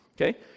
Okay